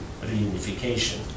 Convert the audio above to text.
reunification